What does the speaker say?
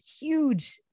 huge